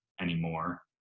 anymore